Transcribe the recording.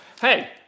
Hey